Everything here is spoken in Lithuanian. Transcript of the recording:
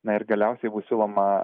na ir galiausiai bus siūloma